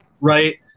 right